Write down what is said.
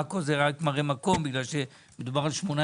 עכו זה רק מראה מקום בגלל שמדובר על 13